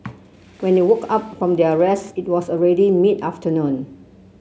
when they woke up from their rest it was already mid afternoon